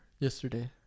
Yesterday